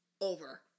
over